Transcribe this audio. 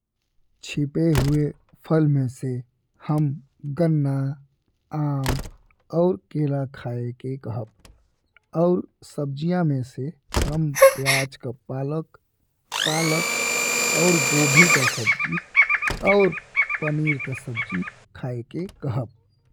चीपे हुए फल में से हम गन्ना, आम और केला खाए के कहब। और सब्जियन में से हम प्याज का पालक, पालक और गोभी का सब्जी और पनीर का सब्जी खाए के कहब।